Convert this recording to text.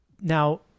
Now